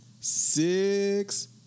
six